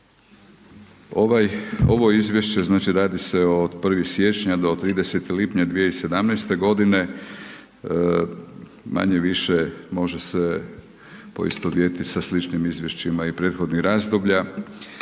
ovo izvješće znači radi se od 1.siječnja do 30. lipnja 2017. godine manje-više može se poistovjetiti sa sličnim izvješćima i prethodnih razdoblja